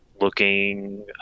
looking